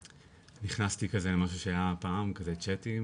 נכנסתי כזה למשהו שהיה פעם, צ'אטים